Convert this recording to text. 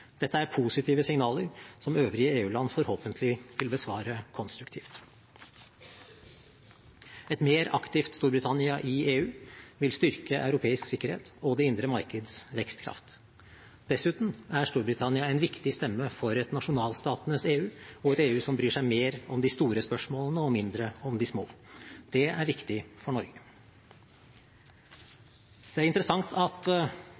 Dette er positive signaler som øvrige EU-land forhåpentlig vil besvare konstruktivt. Et mer aktivt Storbritannia i EU vil styrke europeisk sikkerhet og det indre markeds vekstkraft. Dessuten er Storbritannia en viktig stemme for et nasjonalstatenes EU og et EU som bryr seg mer om de store spørsmålene og mindre om de små. Det er viktig for Norge. Det er interessant at